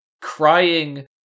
crying